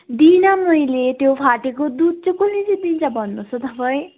दिइनँ मैले त्यो फाटेको दुध चाहिँ कसले चाहिँ दिन्छ भन्नुहोस् त तपाईँ